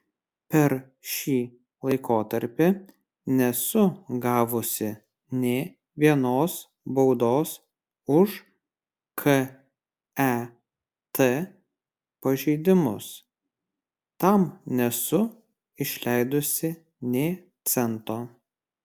per šį laikotarpį nesu gavusi nė vienos baudos už ket pažeidimus tam nesu išleidusi nė cento